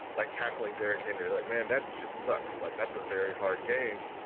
like tackling derrick henry, like, man, that shit sucks. like, that's a very hard game.